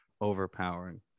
overpowering